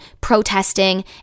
protesting